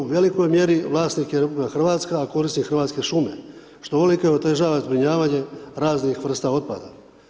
U velikoj mjeri Vlasnik je RH a korisnik Hrvatske šume što uvelike otežava zbrinjavanje raznih vrsta otpada.